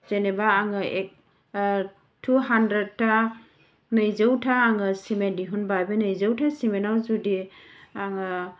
जेनेबा आङो टु हान्द्रेदथा नैजौथा आङो सिमेन्ट दिहुनबाय बे नैजौथा सिमेन्टाव जुदि आङो